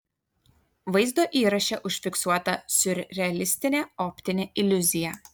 vaizdo įraše užfiksuota siurrealistinė optinė iliuzija